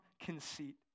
conceit